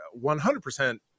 100